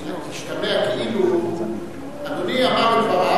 כי השתמע כאילו אדוני אמר את דבריו,